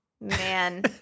man